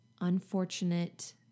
unfortunate